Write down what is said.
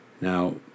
Now